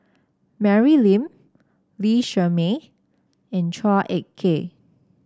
Mary Lim Lee Shermay and Chua Ek Kay